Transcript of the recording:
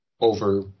over